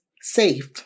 safe